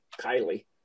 Kylie